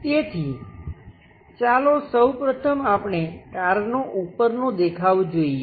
તેથી ચાલો સૌ પ્રથમ આપણે કારનો ઉપરનો દેખાવ જોઈએ